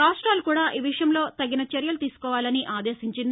రాష్ట్రాలు కూడా ఈ విషయంలో తగిన చర్యలు తీసుకోవాలని ఆదేశించింది